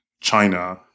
China